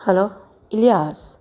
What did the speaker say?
hello Ilyas